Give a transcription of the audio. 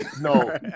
No